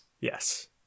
yes